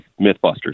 Mythbusters